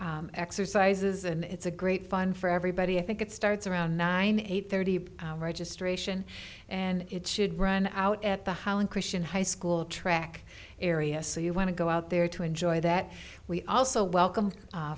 of exercises and it's a great fun for everybody i think it starts around nine eight thirty registration and it should run out at the highland christian high school track area so you want to go out there to enjoy that we also welcome